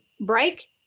break